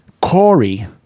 Corey